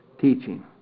teaching